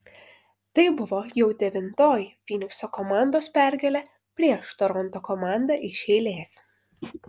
tai buvo jau devintoji fynikso komandos pergalė prieš toronto komandą iš eilės